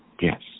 Yes